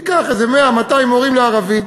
תיקח איזה 100 200 מורים לערבית.